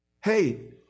Hey